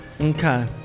Okay